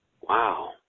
Wow